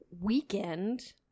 weekend